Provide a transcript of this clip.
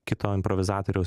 kito improvizatoriaus